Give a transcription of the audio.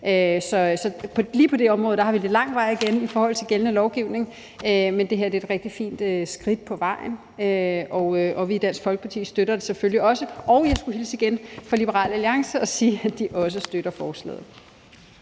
Så lige på det område har vi lidt lang vej igen i forhold til gældende lovgivning, men det her er et rigtig fint skridt på vejen, og i Dansk Folkeparti støtter vi det selvfølgelig også. Og jeg skal igen hilse fra Liberal Alliance og sige, at de også støtter forslaget.